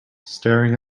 staring